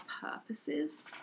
purposes